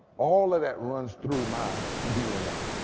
all of that runs through my dna.